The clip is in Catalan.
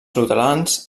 luterans